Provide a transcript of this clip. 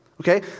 okay